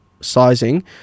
sizing